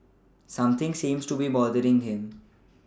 something seems to be bothering him